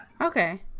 Okay